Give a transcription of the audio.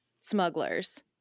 smugglers